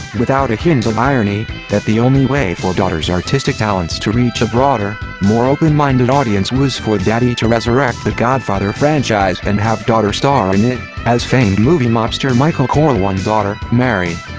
without a hint of irony, that the only way for daughter's artistic talents to reach a broader, more open-minded audience was for daddy to resurrect the godfather franchise and have daughter star in it, as famed movie mobster michael corleone's daughter, mary.